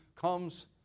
comes